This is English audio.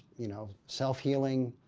you know, self-healing.